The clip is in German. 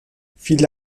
viele